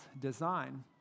design